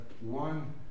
one